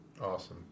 awesome